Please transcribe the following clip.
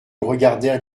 regardèrent